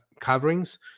coverings